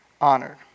honored